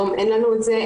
היום אין לנו את זה,